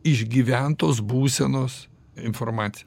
išgyventos būsenos informaciją